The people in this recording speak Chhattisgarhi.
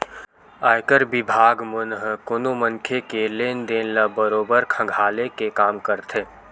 आयकर बिभाग मन ह कोनो मनखे के लेन देन ल बरोबर खंघाले के काम करथे